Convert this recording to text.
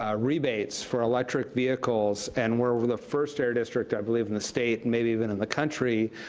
ah rebates for electric vehicles, and we're we're the first air district, i believe, in the state, maybe even in the country,